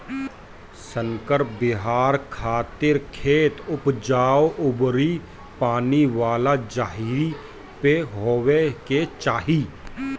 संकर बिया खातिर खेत उपजाऊ अउरी पानी वाला जगही पे होखे के चाही